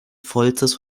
vollstes